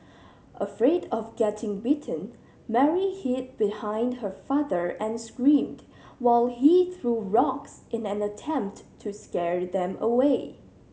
afraid of getting bitten Mary hid behind her father and screamed while he threw rocks in an attempt to scare them away